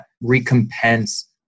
recompense